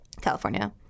California